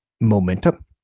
momentum